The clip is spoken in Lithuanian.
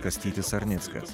kastytis sarnickas